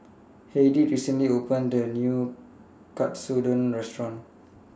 Heidy recently opened A New Katsudon Restaurant